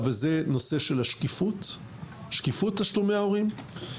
וזה נושא של השקיפות של תשלומי הורים.